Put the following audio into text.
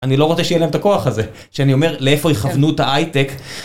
אני לא רוצה שיהיה להם את הכוח הזה שאני אומר לאיפה יכוונו את האי-טק.